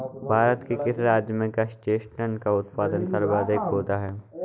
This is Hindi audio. भारत के किस राज्य में क्रस्टेशियंस का उत्पादन सर्वाधिक होता है?